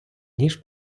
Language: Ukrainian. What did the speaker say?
ніж